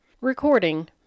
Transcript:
Recording